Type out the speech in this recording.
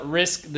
risk